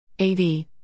AV